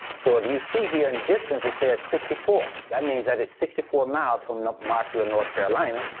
so if you see here in distance, it says sixty four. that means that it's sixty four miles from marshville, north carolina.